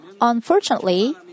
Unfortunately